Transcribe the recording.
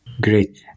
Great